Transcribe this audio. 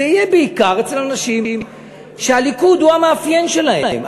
זה יהיה בעיקר אצל אנשים שהליכוד הוא המאפיין שלהם,